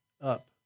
up